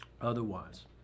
otherwise